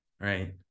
Right